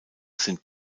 sind